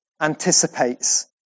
anticipates